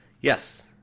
yes